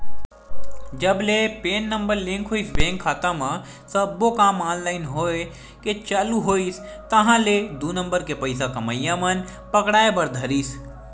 जब ले PAN number link होइस बेंक खाता म सब्बो काम ऑनलाइन होय के चालू होइस ताहले दू नंबर के पइसा कमइया मन पकड़ाय बर धरिस